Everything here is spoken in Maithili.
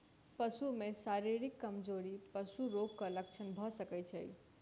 पशु में शारीरिक कमजोरी पशु रोगक लक्षण भ सकै छै